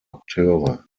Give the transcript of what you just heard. akteure